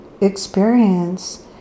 experience